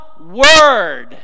word